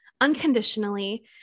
unconditionally